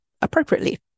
appropriately